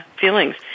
feelings